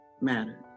matter